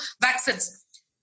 vaccines